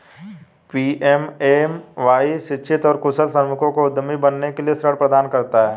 PMMY शिक्षित और कुशल श्रमिकों को उद्यमी बनने के लिए ऋण प्रदान करता है